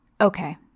Okay